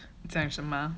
讲什么